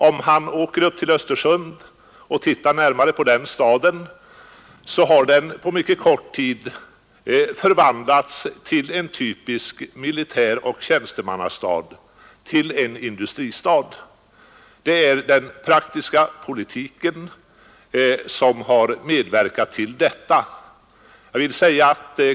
Om han åker upp till Östersund och tittar närmare på den staden skall han finna att den på mycket kort tid har förvandlats från en typisk militäroch tjänstemannastad till en industristad. Det är den praktiska politiken som har medverkat till detta.